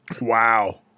Wow